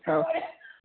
ହଉ